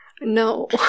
No